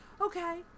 okay